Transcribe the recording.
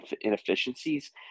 inefficiencies